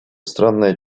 странное